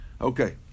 Okay